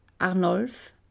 arnulf